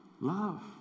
Love